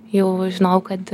jau žinojau kad